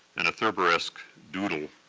and a thurber-esque doodle,